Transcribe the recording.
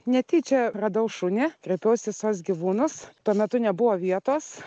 netyčia radau šunį kreipiausi į sos gyvūnus tuo metu nebuvo vietos